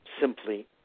simply